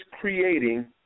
creating